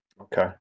Okay